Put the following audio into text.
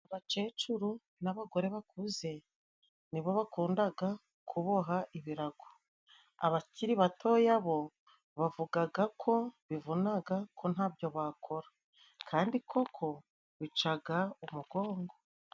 Abakecuru n'abagore bakuze, nibo bakundaga kuboha ibirago. Abakiri batoya bo bavugaga ko bivunaga, ko ntabyo bakora. Kandi koko bicaga umugongo.